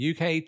UK